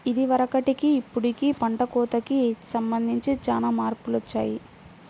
ఇదివరకటికి ఇప్పుడుకి పంట కోతకి సంబంధించి చానా మార్పులొచ్చాయ్